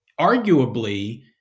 Arguably